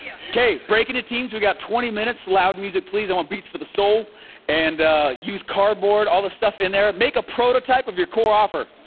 yeah okay, break into teams. we've got twenty minutes, loud music please, i want beats for the soul and use cardboard, all the stuff in there. make a prototype of your core offer.